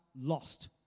lost